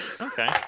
Okay